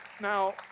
Now